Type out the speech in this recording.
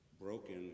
broken